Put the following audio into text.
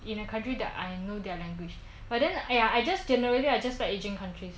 in a country that I know their language but then !aiya! I just generally I just like asian countries